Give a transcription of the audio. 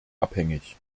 abhängig